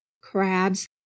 crabs